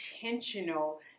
intentional